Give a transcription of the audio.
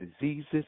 diseases